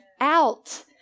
out